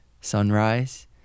sunrise